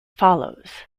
follows